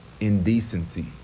indecency